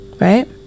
Right